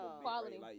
Quality